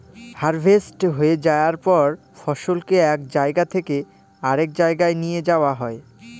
harvest হয়ে যায়ার পর ফসলকে এক জায়গা থেকে আরেক জাগায় নিয়ে যাওয়া হয়